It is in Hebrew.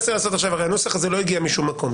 הרי הנוסח הזה לא הגיע משום מקום.